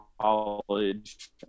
college